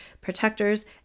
protectors